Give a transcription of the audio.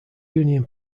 union